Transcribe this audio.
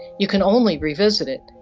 you can only revisit it.